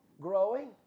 growing